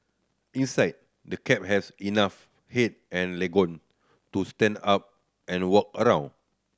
inside the cab has enough head and legroom to stand up and walk around